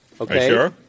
Okay